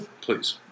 Please